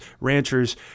ranchers